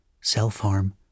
self-harm